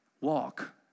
walk